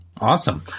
Awesome